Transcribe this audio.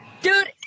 Dude